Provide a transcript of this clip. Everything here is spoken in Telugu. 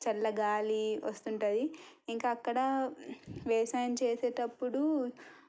చల్ల గాలి వస్తుంటుంది ఇంకా అక్కడ వ్యవసాయం చేసేటప్పుడు